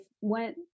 went